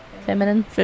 Feminine